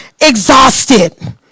exhausted